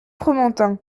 fromantin